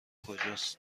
کجاست